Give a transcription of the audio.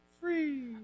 Free